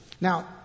Now